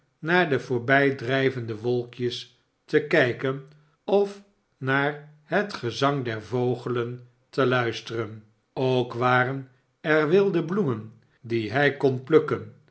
naar de voorbijdrijvende wolkjes te kijken of naar het gezang der vogelen te luisteren ook waren er wilde bloemen die hij kon plukken